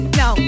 no